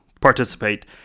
participate